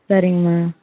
சரிங்கம்மா